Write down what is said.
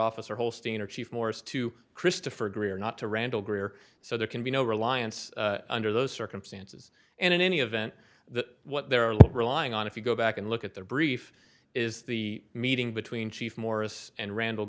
officer holstein or chief morse to christopher greer not to randall greer so there can be no reliance under those circumstances and in any event that what they're a little relying on if you go back and look at the brief is the meeting between chief morris and randall